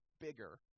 bigger